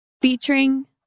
Featuring